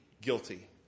guilty